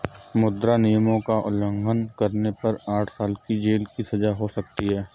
मुद्रा नियमों का उल्लंघन करने पर आठ साल की जेल की सजा हो सकती हैं